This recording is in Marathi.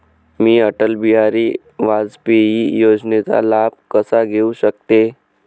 मी अटल बिहारी वाजपेयी योजनेचा लाभ कसा घेऊ शकते?